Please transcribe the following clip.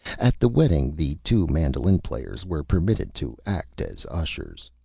at the wedding the two mandolin players were permitted to act as ushers.